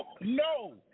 No